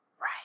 right